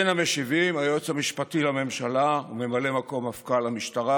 בין המשיבים: היועץ המשפטי לממשלה וממלא מקום מפכ"ל המשטרה,